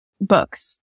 books